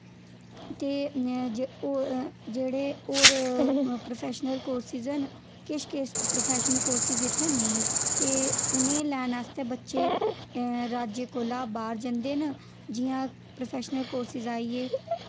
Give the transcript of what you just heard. ते जेह्ड़े होर प्रोफेशनल कोर्सेस न किश किश प्रोफेशनल कोर्सेस इत्थे नेंई न ते उनेंई लैने आस्तै बच्चें राज्य कोला बाह्र जंदे न जियां प्रोफेशनल कोर्सेस आई गे